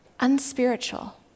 unspiritual